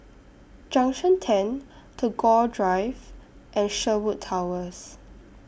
Junction ten Tagore Drive and Sherwood Towers